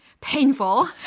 painful